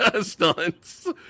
Stunts